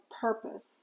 purpose